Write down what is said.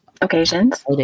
Occasions